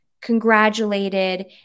congratulated